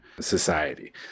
society